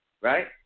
right